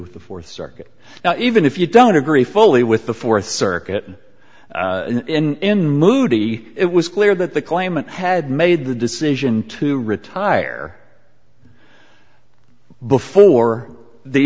with the fourth circuit now even if you don't agree fully with the fourth circuit in moody it was clear that the claimant had made the decision to retire before the